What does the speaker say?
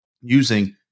using